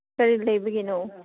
ꯀꯔꯤ ꯂꯩꯕꯒꯤꯅꯣ